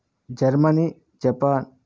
Germany Japan